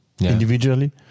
individually